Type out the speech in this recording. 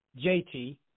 JT